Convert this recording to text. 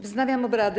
Wznawiam obrady.